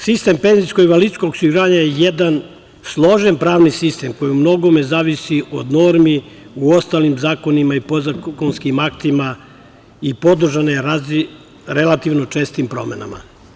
Sistem penzijskog i invalidskog osiguranja je jedan složen pravni sistem, koji u mnogome zavisi od normi, u ostalim zakonima i podzakonskim aktima i podložne čestim promenama.